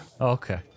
Okay